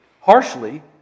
Harshly